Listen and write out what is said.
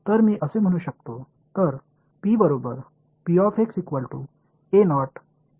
तर मी असे म्हणू शकतो